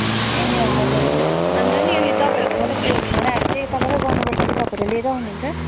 ए हजुर अन्त नि उयो तपाईँहरूको मतलब उयो खानाहरू चाहिँ यताबाट गर्नुपर्छ कि तपाईँहरू लिएरै आउनुहुन्छ